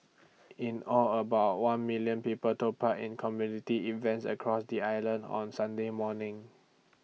in all about one million people took part in community events across the island on Sunday morning